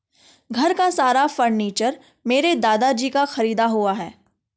घर का सारा फर्नीचर मेरे दादाजी का खरीदा हुआ है